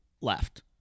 left